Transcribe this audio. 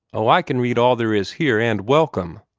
oh, i can read all there is here and welcome,